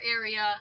area